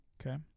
Okay